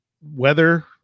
weather